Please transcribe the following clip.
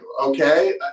okay